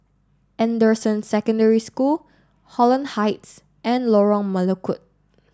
Anderson Secondary School Holland Heights and Lorong Melukut